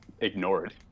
ignored